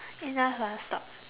enough ah stop